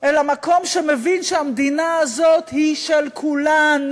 אלא מקום שמבין שהמדינה הזאת היא של כולנו,